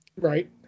Right